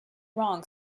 wrong